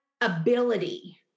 ability